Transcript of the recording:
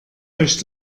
euch